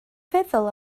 feddwl